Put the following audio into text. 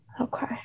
Okay